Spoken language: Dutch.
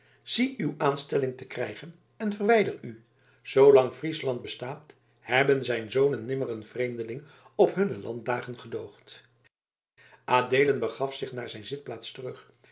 zie uw aanstelling te krijgen en verwijder u zoolang friesland bestaat hebben zijn zonen nimmer een vreemdeling op hunne landdagen gedoogd adeelen begaf zich naar zijn zitplaats terug